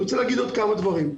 אני רוצה להגיד עוד כמה דברים.